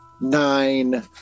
nine